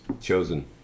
chosen